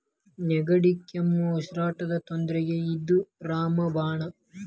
ನೆಗಡಿ, ಕೆಮ್ಮು, ಉಸಿರಾಟದ ತೊಂದ್ರಿಗೆ ಇದ ರಾಮ ಬಾಣ